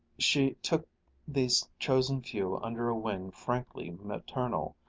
she took these chosen few under a wing frankly maternal,